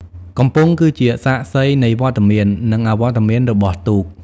កំពង់គឺជាសាក្សីនៃវត្តមាន និងអវត្តមានរបស់ទូក។